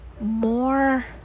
more